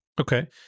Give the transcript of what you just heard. Okay